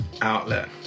outlet